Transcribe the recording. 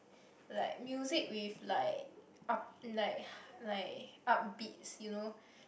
like music with like up like like upbeats you know